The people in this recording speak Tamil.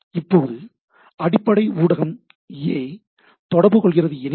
இப்போது அடிப்படை ஊடகம் A தொடர்பு கொள்கிறது எனில்